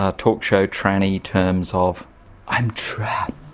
ah talk show tranny terms of i'm trapped,